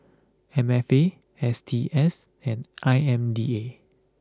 M F A S T S and I M D A